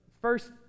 first